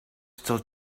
still